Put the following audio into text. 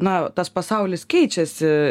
na tas pasaulis keičiasi